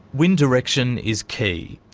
wind direction is key.